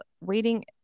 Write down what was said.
waiting